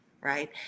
right